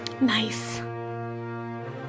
Nice